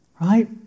right